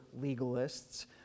legalists